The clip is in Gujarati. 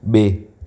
બે